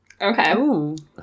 Okay